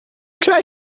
try